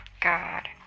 God